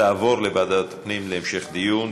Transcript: תעבור לוועדת הפנים להמשך דיון.